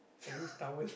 I used towels